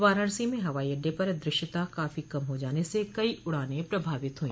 वाराणसी में हवाई अड्डे पर दृश्यता काफी कम हो जाने से कई उड़ाने प्रभावित हुई